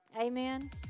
Amen